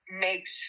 makes